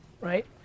right